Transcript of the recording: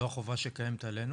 זו החובה שקיימת עלינו.